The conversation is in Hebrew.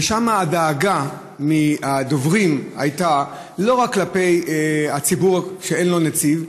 ושם הדאגה מהדוברים הייתה לא רק כלפי הציבור שאין לו נציב אלא,